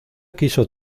quiso